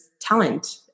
talent